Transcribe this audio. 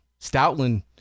Stoutland